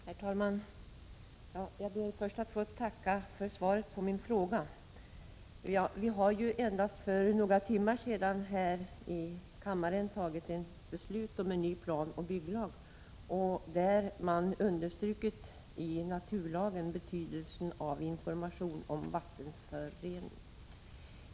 Herr talman! Jag ber först att få tacka för svaret på min fråga. Vi har för endast några timmar sedan tagit beslut här i kammaren om en ny planoch bygglag, och i naturresurslagen har man understrukit betydelsen av information om vattenföringen.